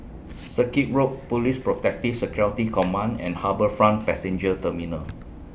Circuit Road Police Protective Security Command and HarbourFront Passenger Terminal